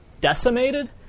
decimated